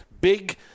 big –